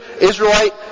Israelite